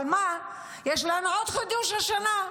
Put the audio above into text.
אבל יש לנו עוד חידוש השנה,